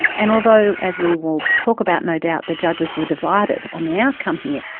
and although, as we will talk about no doubt, the judges were divided on the outcome here,